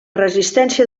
resistència